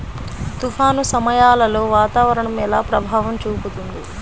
తుఫాను సమయాలలో వాతావరణం ఎలా ప్రభావం చూపుతుంది?